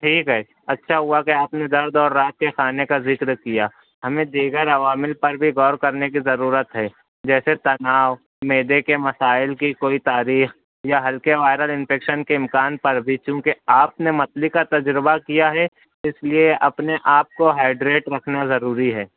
ٹھیک ہے اچھا ہوا کہ آپ نے درد اور رات کے کھانے کا ذکر کیا ہمیں دیگر عوامل پر بھی غور کرنے کی ضرورت ہے جیسے تناؤ معدے کے مسائل کی کوئی تاریخ یا ہلکے وائرل انفیکشن کے امکان پر بھی چونکہ آپ نے متلی کا تجربہ کیا ہے اس لیے اپنے آپ کو ہائیڈریڈ رکھنا ضروری ہے